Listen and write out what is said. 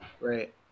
Right